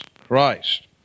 Christ